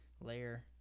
layer